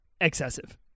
excessive